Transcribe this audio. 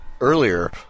earlier